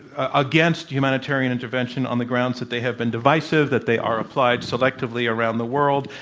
against humanitarian intervention on the grounds that they have been divisive, that they are applied selectively around the world,